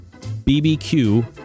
BBQ